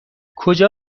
کجا